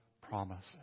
promises